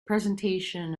presentation